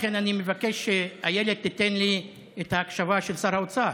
לכן אני מבקש שאיילת תיתן לי את ההקשבה של שר האוצר.